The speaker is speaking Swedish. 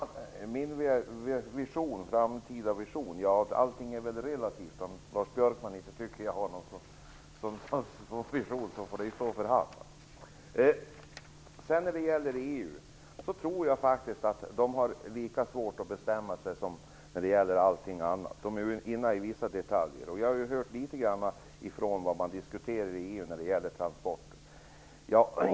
Herr talman! Lars Björkman talade om min framtida vision. Ja, allting är väl relativt. Om Lars Björkman inte tycker att jag har någon vision, får ju det stå för honom. Jag tror faktiskt att man inom EU har lika svårt att bestämma sig i det här fallet som i alla andra fall. Man jobbar med vissa detaljer. Jag har ju hört litet grand om vad man diskuterar i EU när det gäller transporter.